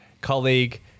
colleague